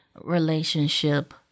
relationship